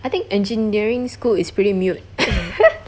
I think engineering school is pretty mute